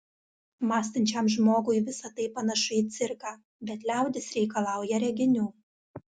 mąstančiam žmogui visa tai panašu į cirką bet liaudis reikalauja reginių